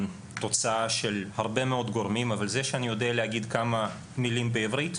תוצאה של הרבה מאוד גורמים אבל זה שאני יודע להגיד כמה מילים בעברית,